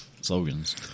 Slogans